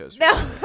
No